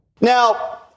Now